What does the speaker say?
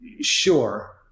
Sure